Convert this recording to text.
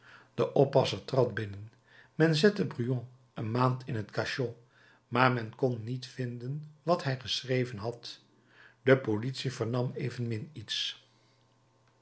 de oppasser trad binnen men zette brujon een maand in het cachot maar men kon niet vinden wat hij geschreven had de politie vernam evenmin iets